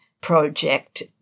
project